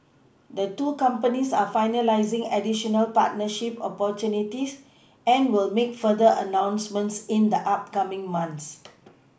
the two companies are finalising additional partnership opportunities and will make further announcements in the upcoming months